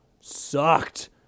sucked